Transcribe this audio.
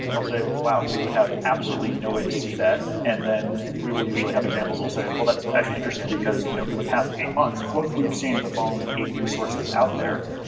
and they'll say, wow, we would have absolutely nowhere to see that. and then we will usually have examples. we'll say, well that's actually interesting, because you know for the past eight months, we have seen the following eight resources out there.